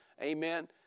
Amen